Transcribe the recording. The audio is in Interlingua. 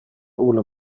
ulle